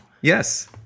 Yes